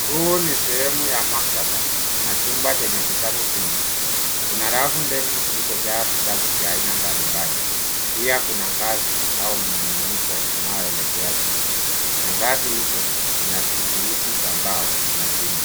Huu ni sehemu ya maktaba na chumba chenye vitabu vingi Kuna rafu ndefu zilizojaa vitabu vya aina mbalimbali pia kuna ngazi au muinuko unaoelekea juu na ngazi hizo zina kusuizi cha mbao na chuma,